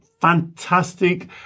fantastic